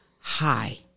high